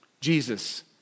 Jesus